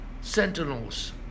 Sentinels